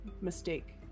mistake